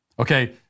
Okay